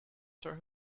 star